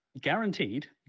Guaranteed